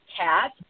cat